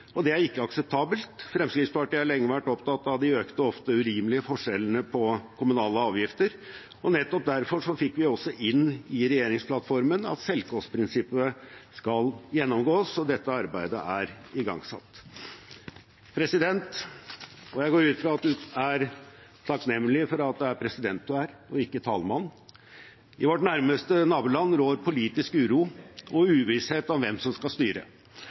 og det er ikke akseptabelt. Fremskrittspartiet har lenge vært opptatt av de økte og ofte urimelige forskjellene på kommunale avgifter. Nettopp derfor fikk vi også inn i regjeringsplattformen at selvkostprinsippet skal gjennomgås. Dette arbeidet er igangsatt. President – jeg går ut fra at du er takknemlig for at det er president du er, og ikke «talman». I vårt nærmeste naboland rår politisk uro og uvisshet om hvem som skal styre.